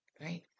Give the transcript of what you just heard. right